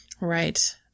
right